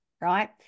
right